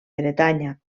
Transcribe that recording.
bretanya